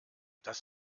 das